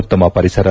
ಉತ್ತಮ ಪರಿಸರ